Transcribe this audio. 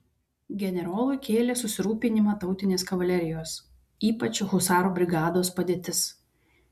generolui kėlė susirūpinimą tautinės kavalerijos ypač husarų brigados padėtis